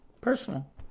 Personal